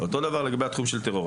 אותו דבר לגבי התחום של טרור,